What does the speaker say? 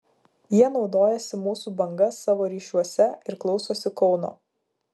jie naudojasi mūsų banga savo ryšiuose ir klausosi kauno